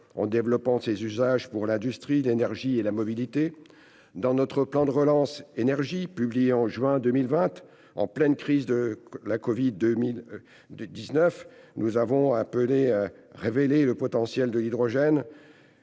du développement de ses usages dans l'industrie, l'énergie et la mobilité. Dans notre plan de relance Énergie, publié en juin 2020, en pleine crise de la covid-19, nous avons appelé à « révéler le potentiel de l'hydrogène